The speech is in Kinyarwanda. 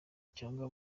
cyangwa